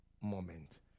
moment